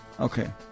Okay